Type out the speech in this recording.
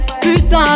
Putain